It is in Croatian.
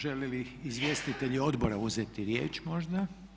Žele li izvjestitelji odbora uzeti riječ možda?